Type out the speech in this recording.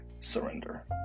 Surrender